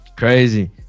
Crazy